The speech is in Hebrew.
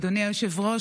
אדוני היושב-ראש,